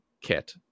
kit